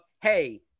hey